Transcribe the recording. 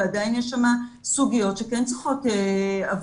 ועדיין יש שמה סוגיות שכן צריכות עבודה.